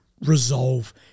resolve